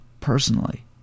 personally